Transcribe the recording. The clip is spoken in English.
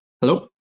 Hello